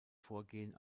vorgehen